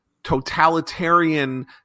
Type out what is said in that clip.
totalitarian